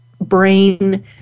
brain